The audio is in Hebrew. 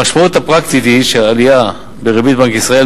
המשמעות הפרקטית היא שעלייה בריבית בנק ישראל